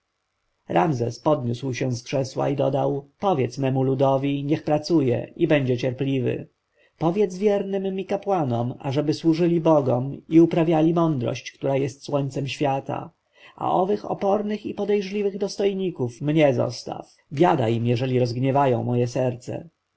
ramzes podniósł się z krzesła i dodał powiedz memu ludowi niech pracuje i będzie cierpliwy powiedz wiernym mi kapłanom ażeby służyli bogom i uprawiali mądrość która jest słońcem świata a owych opornych i podejrzliwych dostojników mnie zostaw biada im jeżeli rozgniewają moje serce